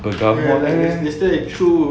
bergamot eh